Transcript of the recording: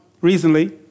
recently